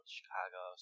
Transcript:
Chicago